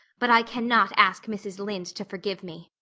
but i cannot ask mrs. lynde to forgive me.